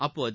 அப்போது